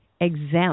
exempt